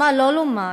מה לא לומר,